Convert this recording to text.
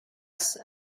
school